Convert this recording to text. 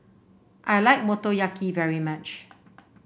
I like Motoyaki very much